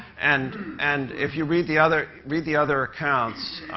and and if you read the other read the other accounts,